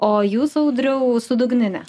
o jūs audriau su dugnine